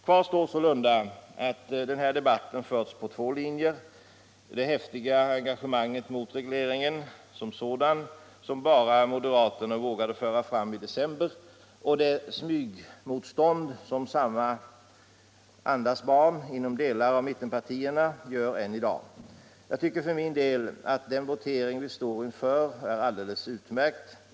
Kvar står sålunda att den här debatten förts på två linjer: det häftiga engagemanget mot regleringen som sådan som bara moderaterna vågade föra fram i december, och det smygmotstånd som samma andas barn inom delar av mittenpartierna gör än i dag. Jag tycker för min del att den votering vi står inför är alldeles utmärkt.